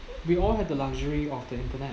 we all had the luxury of the internet